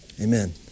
amen